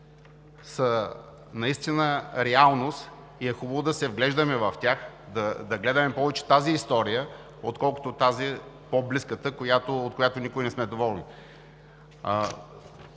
са наистина реалност и е хубаво да се вглеждаме в тях, да гледаме повече тази история, отколкото по близката, от която не сме доволни.